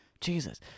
Jesus